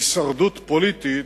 הישרדות פוליטית,